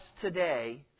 today